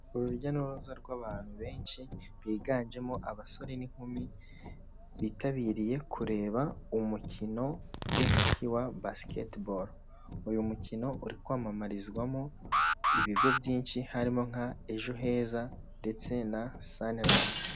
Urujya n'uruza rw'abantu benshi biganjemo abasore n'inkumi, bitabiriye kureba umukino w'intoki wa basiketibolo. Uyu mukino uri kwamamarizwamo ibigo byinshi; harimo nka : ejo heza, ndetse na saniramu.